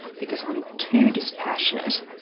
because i'm too dispassionate